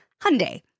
Hyundai